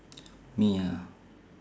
me ah